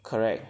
correct